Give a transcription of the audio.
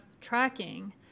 tracking